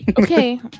Okay